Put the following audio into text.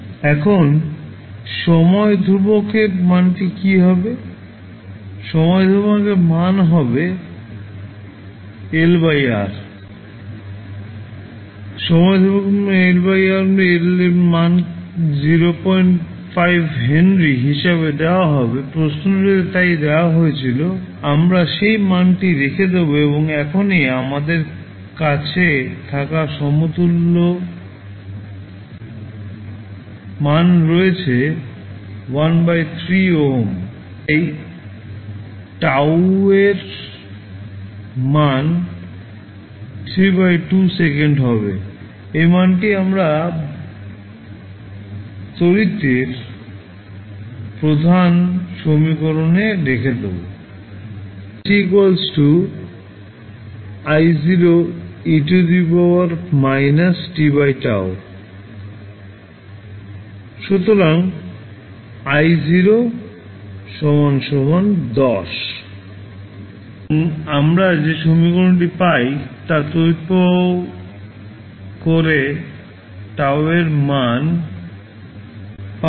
এখন সময়ের ধ্রুবকের মানটি কী হবে সময় ধ্রুবক মান হবে L R L এর মানকে 05 হেনরি হিসাবে দেওয়া হবে প্রশ্নটিতে তাই দেওয়া হয়েছিল আমরা সেই মানটি রেখে দেব এবং এখনই আমাদের কাছে থাকা সমতুল্য মান রয়েছে 1 বাই 3 ওহম তাই TAUয়ের মান 3 বাই 2 সেকেন্ড হবে এই মানটি আমরা তড়িৎ এর মূল সমীকরণে রেখে দেব t i ie τ সুতরাং i 10 এবং আমরা যে সমীকরণটি পাই তা তড়িৎ প্রবাহ করে TAUয়ের মান পাই